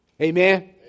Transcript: Amen